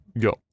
go